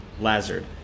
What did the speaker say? Lazard